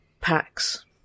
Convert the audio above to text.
packs